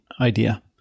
idea